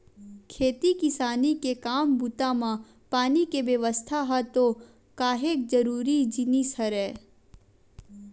खेती किसानी के काम बूता म पानी के बेवस्था ह तो काहेक जरुरी जिनिस हरय